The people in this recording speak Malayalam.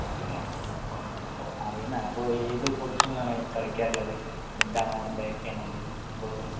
പോയിട്ടുണ്ടല്ലെ അപ്പോൾ കുഴപ്പമില്ല അറിയുന്ന ആളാ അപ്പോൾ ഏത് പൊസിഷനിലാണ് കളിക്കാറുള്ളത് മിട് ആണോ ബാക്ക് ആണോ അതോ ഗോളി